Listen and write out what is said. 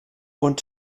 und